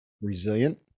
resilient